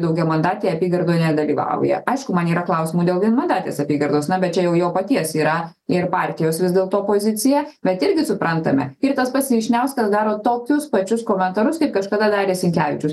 daugiamandatėj apygardoj nedalyvauja aišku man yra klausimų dėl vienmandatės apygardos na bet čia jau jo paties yra ir partijos vis dėlto pozicija bet irgi suprantame ir tas pats vyšniauskas daro tokius pačius komentarus taip kažkada darė sinkevičius